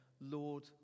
Lord